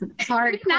hard